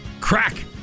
crack